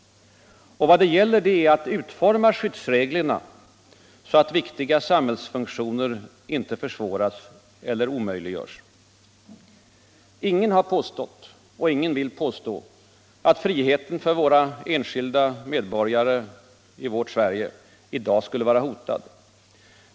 Vad det gäller är att utforma skyddsreglerna så att viktiga samhällsfunktioner inte försvåras eller omöjliggörs. Ingen har påstått och ingen vill påstå att friheten för de enskilda medborgarna i vårt Sverige i dag skulle vara hotad.